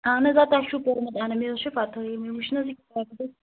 اہن حظ آ تۄہہِ چھُو پوٚرمُت اہن حظ مےٚ حظ چھِ پَتہ ہٕے مےٚ وُچھ نہ حظ یہِ کاکد حظ